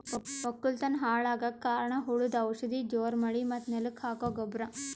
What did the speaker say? ವಕ್ಕಲತನ್ ಹಾಳಗಕ್ ಕಾರಣ್ ಹುಳದು ಔಷಧ ಜೋರ್ ಮಳಿ ಮತ್ತ್ ನೆಲಕ್ ಹಾಕೊ ಗೊಬ್ರ